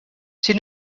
die